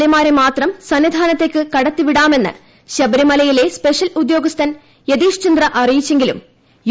A മാരെ മാത്രം സന്നിധാനത്തേക്ക് കടത്തിവിടാമെന്ന് ശബരിമലയിലെ സ്പെഷ്യൽ ഉദ്യോഗസ്ഥൻ യെതീഷ് ചന്ദ്ര അറിയിച്ചെങ്കിലും യു